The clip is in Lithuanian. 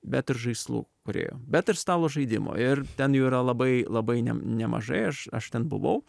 bet ir žaislų kūrėjų bet ir stalo žaidimų ir ten jų yra labai labai nem nemažai aš aš ten buvau